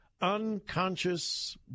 unconscious